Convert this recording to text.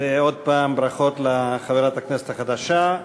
ועוד הפעם ברכות לחברת הכנסת החדשה.